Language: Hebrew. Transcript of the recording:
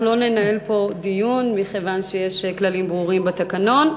אנחנו לא ננהל פה דיון מכיוון שיש כללים ברורים בתקנון.